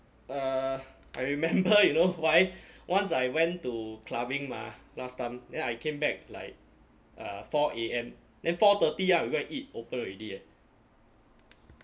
err I remember you know why once I went to clubbing mah last time then I came back like uh four A_M then four thirty ah we go and eat open already eh